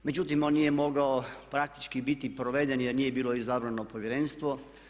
Međutim, on nije mogao praktički biti proveden jer nije bilo izabrano Povjerenstvo.